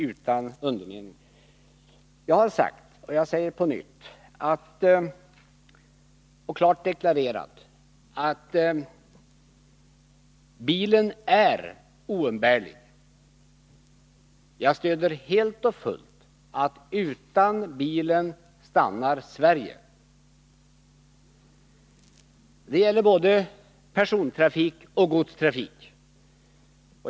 Jag har klart deklarerat, och jag gör det på nytt, att bilen är oumbärlig. Jag stöder helt och fullt påståendet att utan bilen stannar Sverige. Det gäller både persontrafik och godstrafik.